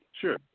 Sure